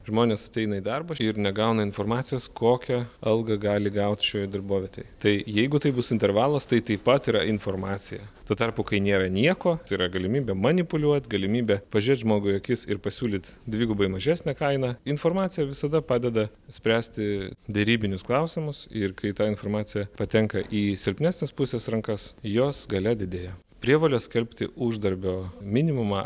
žmonės ateina į darbą ir negauna informacijos kokią algą gali gaut šioj darbovietėj tai jeigu tai bus intervalas tai taip pat yra informacija tuo tarpu kai nėra nieko tai yra galimybė manipuliuot galimybė pažiūrėt žmogui į akis ir pasiūlyt dvigubai mažesnę kainą informacija visada padeda spręsti derybinius klausimus ir kai ta informacija patenka į silpnesnės pusės rankas jos galia didėja prievolę skelbti uždarbio minimumą